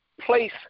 place